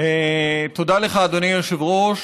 תודה לך, אדוני היושב-ראש.